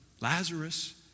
Lazarus